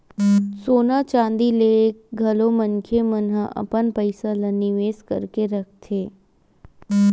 सोना चांदी लेके घलो मनखे मन ह अपन पइसा ल निवेस करके रखथे